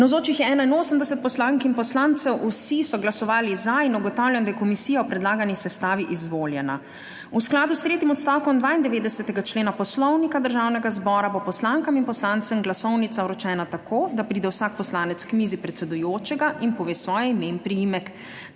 Navzočih je 81 poslank in poslancev, vsi so glasovali za. (Za je glasovalo 81.) (Proti nihče.) Ugotavljam, da je komisija v predlagani sestavi izvoljena. V skladu s tretjim odstavkom 92. člena Poslovnika Državnega zbora bo poslankam in poslancem glasovnica vročena tako, da pride vsak poslanec k mizi predsedujočega in pove svoje ime in priimek.